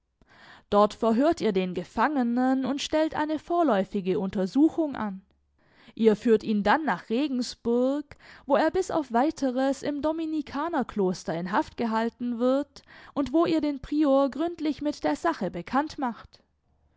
dort verhört ihr den gefangenen und stellt eine vorläufige untersuchung an ihr führt ihn dann nach regensburg wo er bis auf weiteres im dominikanerkloster in haft gehalten wird und wo ihr den prior gründlich mit der sache bekannt macht